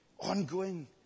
ongoing